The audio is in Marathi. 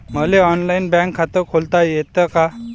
मले ऑनलाईन बँक खात खोलता येते का?